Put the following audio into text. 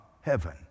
heaven